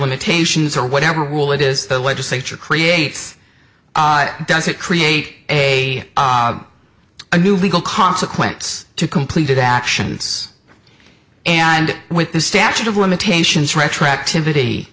limitations or whatever rule it is the legislature creates it doesn't create a a new legal consequence to completed actions and with the statute of limitations retroactivity